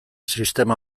sistema